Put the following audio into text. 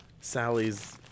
Sally's